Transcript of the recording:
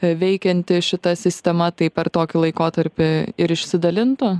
veikianti šita sistema tai per tokį laikotarpį ir išsidalintų